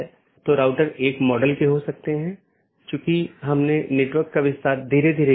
इसलिए समय समय पर जीवित संदेश भेजे जाते हैं ताकि अन्य सत्रों की स्थिति की निगरानी कर सके